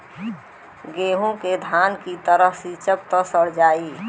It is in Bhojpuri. गेंहू के धान की तरह सींचब त सड़ जाई